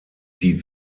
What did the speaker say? die